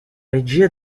regia